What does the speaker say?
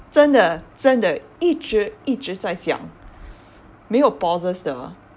真的真的一直一直在讲没有 pauses 的